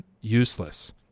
useless